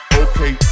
okay